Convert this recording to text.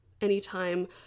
anytime